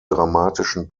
dramatischen